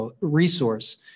resource